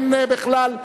בכלל,